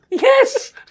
Yes